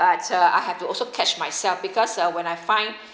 but uh I have to also catch myself because uh when I find